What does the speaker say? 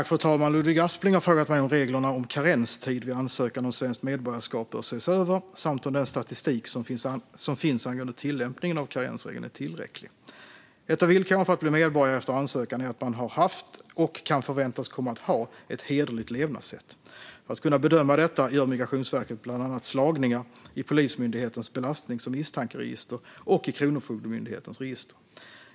Fru talman! Ludvig Aspling har frågat mig om reglerna om karenstid vid ansökan om svenskt medborgarskap bör ses över samt om den statistik som finns angående tillämpningen av karensregeln är tillräcklig. Ett av villkoren för att bli medborgare efter ansökan är att man har haft och kan förväntas komma att ha ett hederligt levnadssätt. För att kunna bedöma detta gör Migrationsverket bland annat slagningar i Polismyndighetens belastnings och misstankeregister och i Kronofogdemyndighetens register.